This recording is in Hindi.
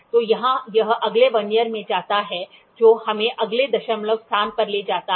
तो यहां यह अगले वर्नियर में जाता है जो हमें अगले दशमलव स्थान पर ले जाता है